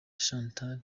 chantal